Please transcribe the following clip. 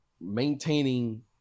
maintaining